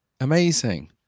Amazing